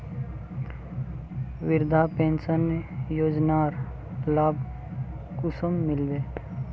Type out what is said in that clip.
वृद्धा पेंशन योजनार लाभ कुंसम मिलबे?